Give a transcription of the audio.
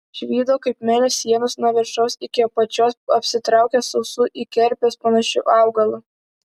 išvydo kaip menės sienos nuo viršaus iki apačios apsitraukia sausu į kerpes panašiu augalu